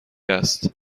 است